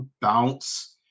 bounce